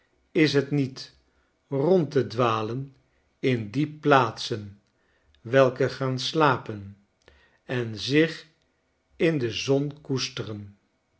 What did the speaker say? is het niet rond te dwalen in die plaatsen welke gaan slapen en zich in de zon koesteren